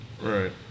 Right